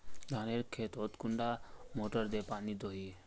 धानेर खेतोत कुंडा मोटर दे पानी दोही?